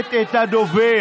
מכבדת את הדובר.